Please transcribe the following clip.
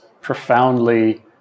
profoundly